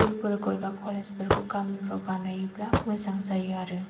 स्कुलफोरखौ एबा कलेज फोरखौ गामिफ्राव बानायोबा मोजां जायो आरो